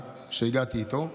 שהגעתי איתו להבנה.